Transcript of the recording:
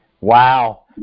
Wow